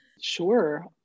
Sure